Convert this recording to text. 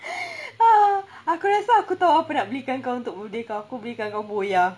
ah aku rasa aku tahu apa nak belikan kau untuk birthday kau aku belikan kau boya